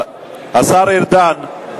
חבר הכנסת ניצן הורוביץ,